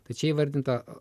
tai čia įvardinta